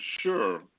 sure